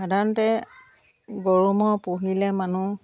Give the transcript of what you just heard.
সাধাৰণতে গৰু ম'হ পুহিলে মানুহ